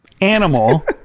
animal